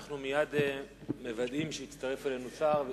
אנחנו מוודאים שמייד יצטרף אלינו שר.